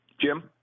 jim